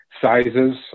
sizes